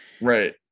Right